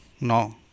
no